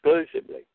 exclusively